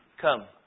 Come